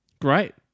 Great